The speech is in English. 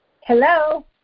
Hello